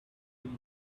been